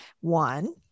One